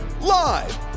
Live